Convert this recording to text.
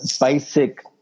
basic